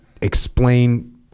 explain